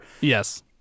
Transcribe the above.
Yes